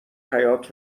حیاط